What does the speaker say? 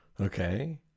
Okay